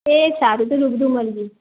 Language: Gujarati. એ સારું તો રૂબરૂ મળીએ